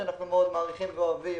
שאנחנו מאוד מעריכים ואוהבים,